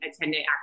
attendant